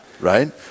right